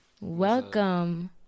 Welcome